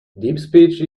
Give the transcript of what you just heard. deepspeech